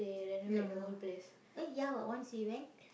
no no eh ya once we went